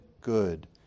good